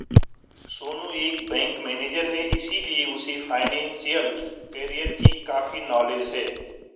सोनू एक bank manager है इसीलिए उसे फाइनेंशियल कैरियर की काफी नॉलेज है